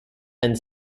and